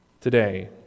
today